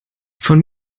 von